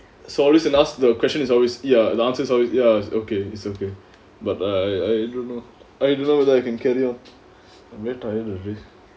so when they ask the question is always ya the answer is always ya it's okay it's okay but I I don't know I don't know whether I can carry on I very tired already